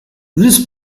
this